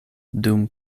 dum